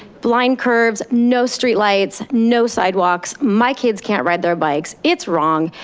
blind curves, no street lights, no sidewalks, my kids can't ride their bikes, it's wrong,